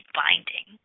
binding